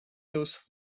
those